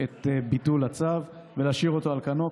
את ביטול הצו ולהשאיר אותו על כנו.